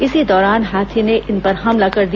इसी दौरान हाथी ने इन पर हमला कर दिया